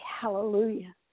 Hallelujah